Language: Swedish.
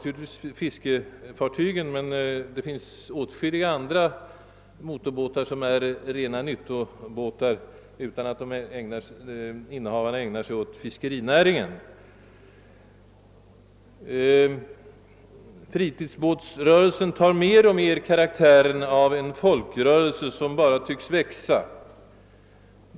Utöver fiskefartygen finns det åtskilliga motorbåtar, som är transportbåtar utan att sålunda innehavarna ägnar sig åt fiskerinäringen. Fritidsbåtsrörelsen tar mer och mer karaktären av en folkrörelse som bara tycks växa.